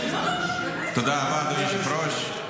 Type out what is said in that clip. תודה רבה, אדוני היושב-ראש.